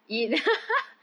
oh